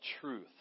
truth